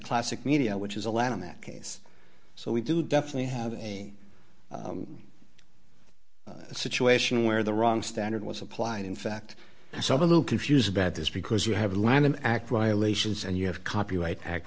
classic media which is a lead in that case so we do definitely have a situation where the wrong standard was applied in fact so a little confused about this because you have lanham act rial ations and you have copyright act